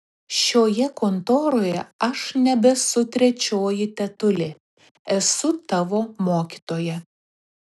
šioje kontoroje aš nebesu trečioji tetulė esu tavo mokytoja